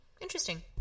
interesting